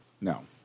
No